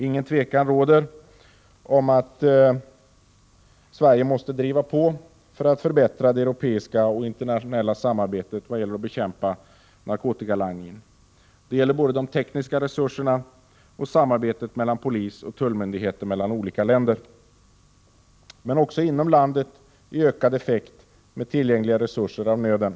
Ingen tvekan råder om att Sverige måste driva på för att förbättra det europeiska och internationella samarbetet för att bekämpa narkotikalangningen. Detta gäller både de tekniska resurserna och samarbetet mellan polis och tullmyndigheter mellan olika länder. Men också inom landet är ökad effekt med tillgängliga resurser av nöden.